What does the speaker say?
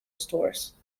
stores